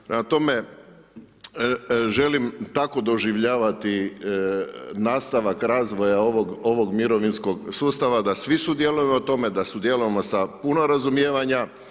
Prema tome želim tako doživljavati nastavak razvoja ovog mirovinskog sustava, da svi sudjelujemo u tome, da sudjelujemo sa puno razumijevanja.